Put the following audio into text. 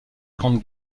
grande